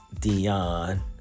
dion